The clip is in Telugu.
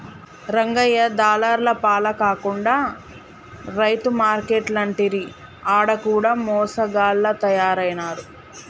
రంగయ్య దళార్ల పాల కాకుండా రైతు మార్కేట్లంటిరి ఆడ కూడ మోసగాళ్ల తయారైనారు